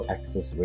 Access